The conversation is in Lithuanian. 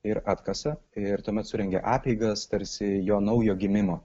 ir atkasa ir tuomet surengia apeigas tarsi jo naujo gimimo